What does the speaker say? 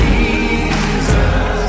Jesus